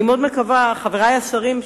אני מאוד מקווה, חברי השרים,